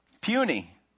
Puny